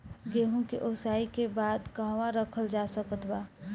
गेहूँ के ओसाई के बाद कहवा रखल जा सकत बा?